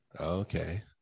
Okay